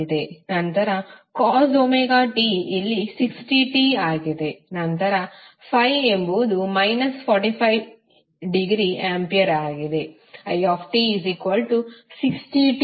ನಂತರ cos omega t ಇಲ್ಲಿ 60t ಆಗಿದೆ ಮತ್ತು ನಂತರ ಫೈ ಎಂಬುದು ಮೈನಸ್ 45 ಡಿಗ್ರಿ ಆಂಪಿಯರ್ ಆಗಿದೆ